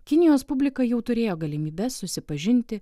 kinijos publika jau turėjo galimybes susipažinti